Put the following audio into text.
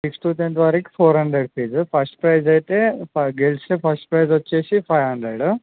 six to tenth వరకు four hundred fee first prize అయితే గెలిచిన ఫస్ట్ ప్రైజ్ వచ్చేసి ఫైవ్ హండ్రెడ్